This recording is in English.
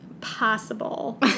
possible